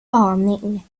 aning